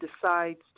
decides